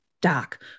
Doc